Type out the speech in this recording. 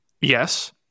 Yes